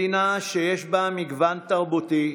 מדינה שיש בה מגוון תרבותי,